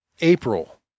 April